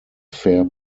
fare